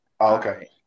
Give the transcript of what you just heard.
Okay